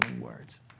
words